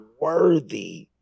worthy